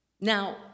Now